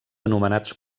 anomenats